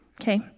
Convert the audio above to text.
Okay